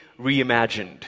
reimagined